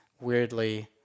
weirdly